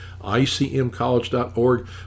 icmcollege.org